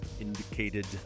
indicated